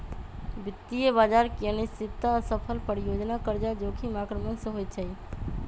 वित्तीय बजार की अनिश्चितता, असफल परियोजना, कर्जा जोखिम आक्रमण से होइ छइ